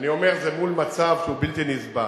אני אומר, זה מול מצב שהוא בלתי נסבל.